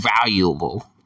valuable